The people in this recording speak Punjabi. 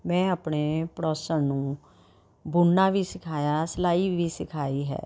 ਮੈਂ ਆਪਣੇ ਪੜੋਸਣ ਨੂੰ ਬੁਣਨਾ ਵੀ ਸਿਖਾਇਆ ਸਿਲਾਈ ਵੀ ਸਿਖਾਈ ਹੈ